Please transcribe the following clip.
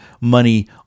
money